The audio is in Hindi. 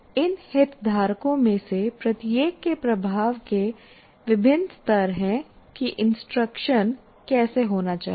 इन हितधारकों में से प्रत्येक के प्रभाव के विभिन्न स्तर हैं कि इंस्ट्रक्शन कैसे होना चाहिए